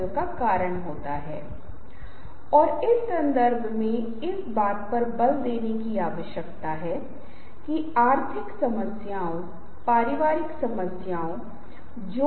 इसका कारण यह है कि यदि आपकी स्लाइड सामग्री से भरी होगी तो लोग आपकी स्लाइड्स को देखते रहेंगे